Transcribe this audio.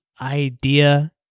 idea